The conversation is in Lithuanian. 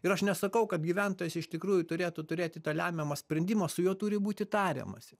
ir aš nesakau kad gyventojas iš tikrųjų turėtų turėti tą lemiamą sprendimą su juo turi būti tariamasi